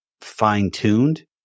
fine-tuned